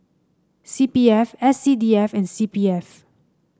C P F S C D F and C P F